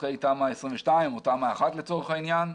שטחי תמ"א 22 או תמ"א 1 לצורך העניין.